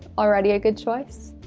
already a good choice.